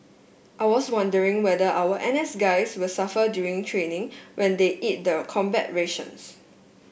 I was wondering whether our N S guys will suffer during training when they eat the combat rations